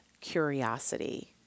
curiosity